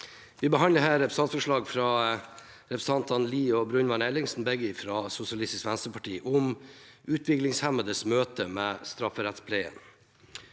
Vi behandler her et representantforslag fra representantene Lie og Brunvand Ellingsen, begge fra Sosialistisk Venstreparti, om utviklingshemmedes møte med strafferettspleien.